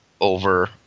over